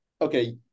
okay